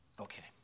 Okay